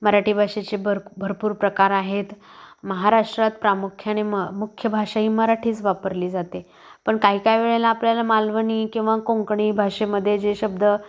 मराठी भाषेचे भर भरपूर प्रकार आहेत महाराष्ट्रात प्रामुख्याने आणि म मुख्य भाषा ही मराठीच वापरली जाते पण काही काही वेळेला आपल्याला मालवणी किंवा कोंकणी भाषेमध्ये जे शब्द